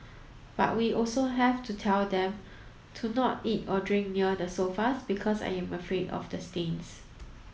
but we also have to tell them to not eat or drink near the sofas because I am afraid of the stains